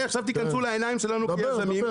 עכשיו תיכנסו לעיניים שלנו כיזמים,